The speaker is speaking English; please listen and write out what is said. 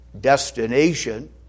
destination